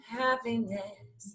happiness